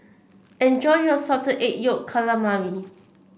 enjoy your Salted Egg Yolk Calamari